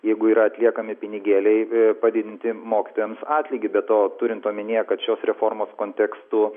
jeigu yra atliekami pinigėliai padidinti mokytojams atlygį be to turint omenyje kad šios reformos kontekstu